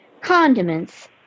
condiments